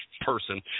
person